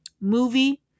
movie